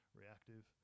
reactive